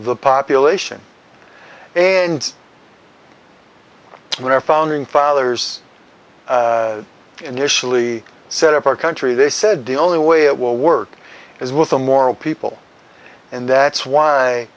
the population and when our founding fathers initially set up our country they said the only way it will work is with a moral people and that's why